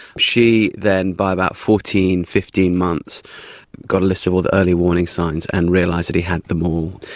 she then by about fourteen, fifteen months got a list of all the early warning signs and realised that he had them all.